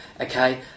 Okay